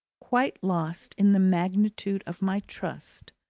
quite lost in the magnitude of my trust.